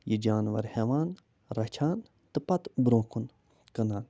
یہِ جانوَر ہٮ۪وان رچھان تہٕ پتہٕ برٛونٛہہ کُن کٕنان